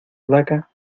ataca